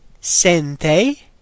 sente